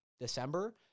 December